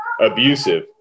abusive